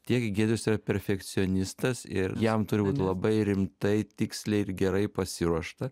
tiek giedrius yra perfekcionistas ir jam turi būt labai rimtai tiksliai ir gerai pasiruošta